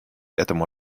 этому